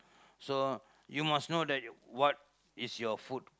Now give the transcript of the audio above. so you must know that what is your food